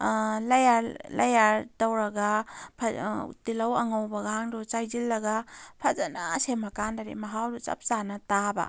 layer ꯇꯧꯔꯒ ꯇꯤꯜꯍꯧ ꯑꯉꯧꯕ ꯒꯥꯡꯗꯨ ꯆꯥꯏꯁꯤꯜꯂꯒ ꯐꯖꯅ ꯁꯦꯝꯃ ꯀꯥꯟꯗꯗꯤ ꯃꯍꯥꯎꯗꯨ ꯆꯞ ꯆꯥꯅ ꯇꯥꯕ